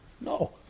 No